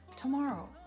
Tomorrow